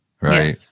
Right